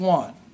one